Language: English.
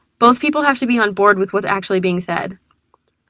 both people have to be on board with what's actually being said.